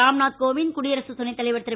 ராம் நாத் கோவிந்த் குடியரசுத் துணைத் தலைவர் திரு